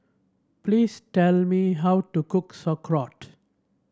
please tell me how to cook Sauerkraut